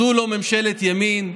זו לא ממשלת ימין,